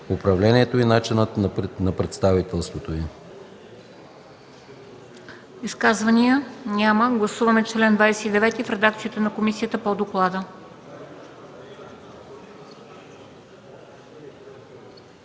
управлението и начинът на представителството й.”